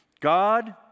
God